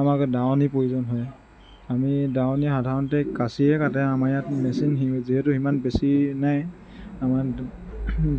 আমাক দাৱনীৰ প্ৰয়োজন হয় আমি দাৱনীয়ে সাধাৰণতে কাঁচিৰে কাটে আমাৰ ইয়াত মেচিন যিহেতু ইমান বেছি নাই আমাৰ